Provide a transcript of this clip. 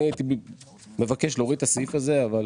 אני הייתי מבקש להוריד את הסעיף הזה אבל